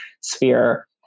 sphere